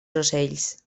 ocells